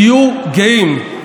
תהיו גאים.